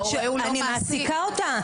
אני מעסיקה אותה.